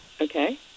Okay